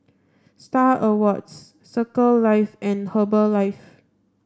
Star Awards Circles Life and Herbalife